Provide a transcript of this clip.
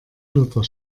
luther